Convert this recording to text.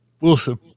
wilson